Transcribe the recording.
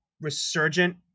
resurgent